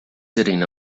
sitting